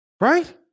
Right